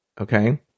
Okay